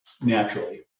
naturally